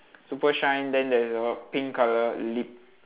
super shine then there is a pink colour lip